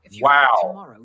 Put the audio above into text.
wow